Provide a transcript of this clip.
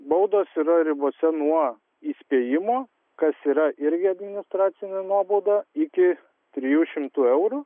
baudos yra ribose nuo įspėjimo kas yra irgi administracinė nuobauda iki trijų šimtų eurų